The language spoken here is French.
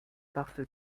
parce